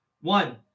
One